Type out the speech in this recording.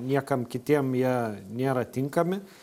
niekam kitiem jie nėra tinkami